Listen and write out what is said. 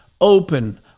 open